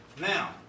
Now